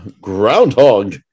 Groundhog